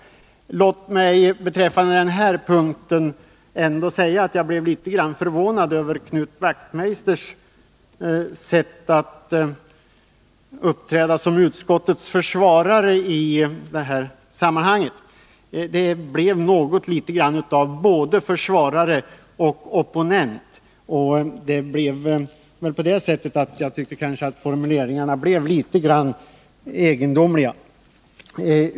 Låt mig beträffande den här punkten säga att jag blev litet förvånad över Knut Wachtmeisters sätt att uppträda som utskottets försvarare i det här sammanhanget. Han framstod på något sätt både som försvarare och opponent, och jag tyckte att hans formuleringar blev något egendomliga.